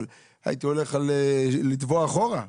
אבל הייתי הולך לתבוע אחורה.